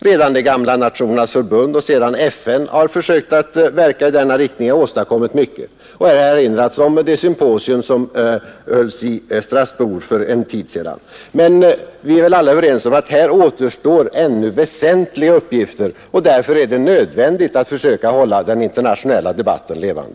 Redan det gamla Nationernas förbund och därefter FN har försökt att verka i denna riktning och har åstadkommit mycket. Jag vill också erinra om det symposium som hölls i Strasbourg för en tid sedan. Men vi är väl alla överens om att här återstår ännu väsentliga uppgifter, och därför är det nödvändigt att hålla den internationella debatten levande.